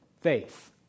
faith